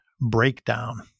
breakdown